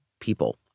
people